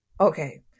Okay